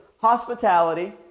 hospitality